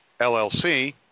LLC